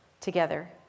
together